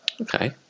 okay